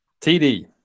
TD